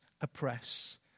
oppress